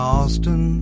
Austin